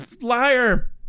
liar